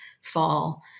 fall